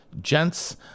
gents